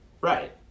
Right